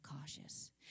cautious